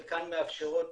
חלקן מאפשרות